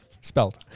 spelled